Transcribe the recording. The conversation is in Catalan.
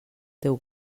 teu